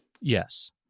Yes